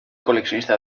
col·leccionista